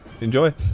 Enjoy